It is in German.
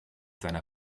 seiner